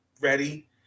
ready